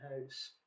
House